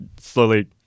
slowly